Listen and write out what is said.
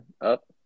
up